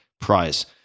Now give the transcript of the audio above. Prize